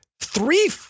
three